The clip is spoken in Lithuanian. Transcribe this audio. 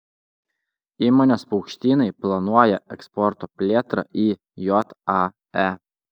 įmonės paukštynai planuoja eksporto plėtrą į jae